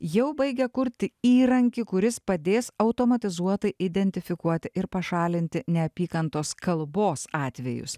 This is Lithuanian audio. jau baigia kurti įrankį kuris padės automatizuotai identifikuoti ir pašalinti neapykantos kalbos atvejus